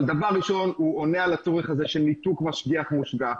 אבל דבר ראשון הוא עונה על הצורך הזה של ניתוק משגיח מושגח,